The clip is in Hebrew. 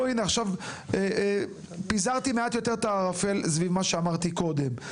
עכשיו פיזרתי מעט יותר את הערפל סביב מה שאמרתי קודם.